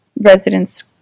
residents